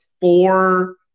four